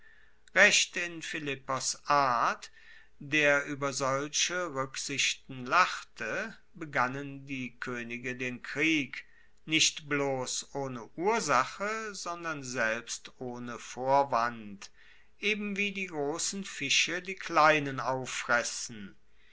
recht in philippos art der ueber solche ruecksichten lachte begannen die koenige den krieg nicht bloss ohne ursache sondern selbst ohne vorwand eben wie die grossen fische die kleinen auffressen